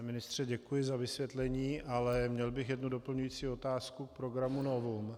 Pane ministře, děkuji za vysvětlení, ale měl bych jednu doplňující otázku k programu Novum.